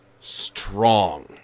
strong